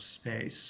space